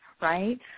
right